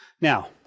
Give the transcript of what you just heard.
Now